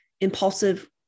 impulsive